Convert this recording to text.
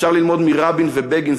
אפשר ללמוד מרבין ומבגין,